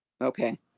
okay